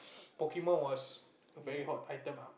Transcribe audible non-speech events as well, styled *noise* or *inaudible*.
*noise* Pokemon was a very hot item ah